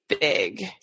big